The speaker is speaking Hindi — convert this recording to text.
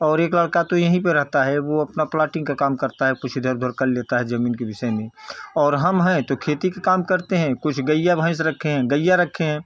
और एक लड़का तो यहीं पे रहता है वो अपना प्लाटिंग का काम करता है कुछ इधर उधर कर लेता है जमीन के विषय में और हम हैं तो खेती के काम करते हैं कुछ गईया भैंस रखे हैं गईया रखे हैं